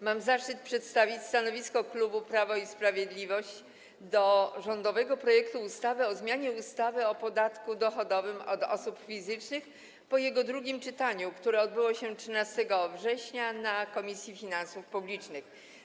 Mam zaszczyt przedstawić stanowisko klubu Prawo i Sprawiedliwość wobec rządowego projektu ustawy o zmianie ustawy o podatku dochodowym od osób fizycznych po jego drugim czytaniu, które odbyło się 13 września w Komisji Finansów Publicznych.